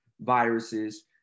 viruses